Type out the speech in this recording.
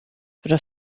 però